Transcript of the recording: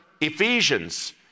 Ephesians